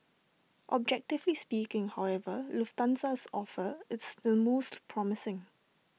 objectively speaking however Lufthansa's offer is the most promising